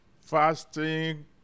Fasting